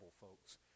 folks